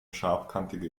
scharfkantige